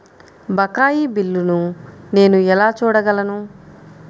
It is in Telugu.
బకాయి బిల్లును నేను ఎలా చూడగలను?